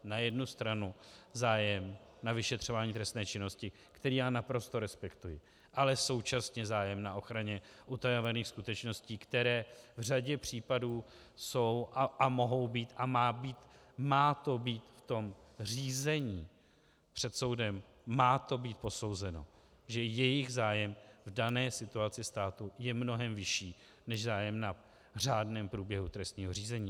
Na jednu stranu zájem na vyšetřování trestné činnosti, který já naprosto respektuji, ale současně zájem na ochraně utajovaných skutečností, které v řadě případů jsou a mohou být, a má to být v tom řízení před soudem, má to být posouzeno, protože jejich zájem v dané situaci státu je mnohem vyšší než zájem na řádném průběhu trestního řízení.